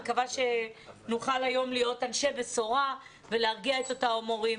אני מקווה שנוכל היום להיות אנשי בשורה ולהרגיע את אותם הורים.